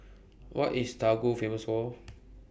What IS Togo Famous For